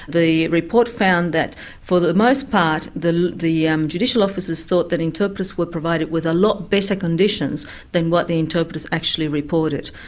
the report found that for the most part the the um judicial officers thought that interpreters were provided with a lot better conditions than what the interpreters actually reported.